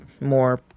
more